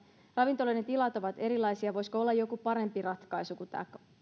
ravintoloiden tilat ovat erilaisia voisiko olla joku parempi ratkaisu kuin tämä